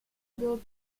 build